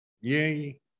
Yay